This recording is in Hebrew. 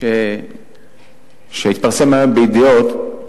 שהתפרסם היום ב"ידיעות"